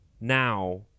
now